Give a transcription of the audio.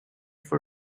for